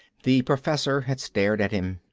the professor had stared at him.